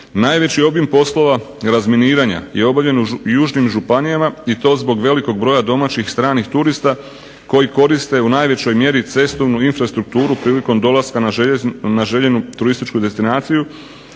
Najveći obim poslova razminiranja je obavljen u južnim županijama i to zbog velikog broja domaćih i stranih turista koji koriste u najvećoj mjeri cestovnu infrastrukturu prilikom dolaska na željenu turističku destinaciju.